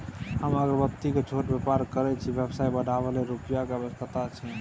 हम अगरबत्ती के छोट व्यापार करै छियै व्यवसाय बढाबै लै रुपिया के आवश्यकता छै?